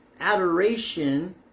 adoration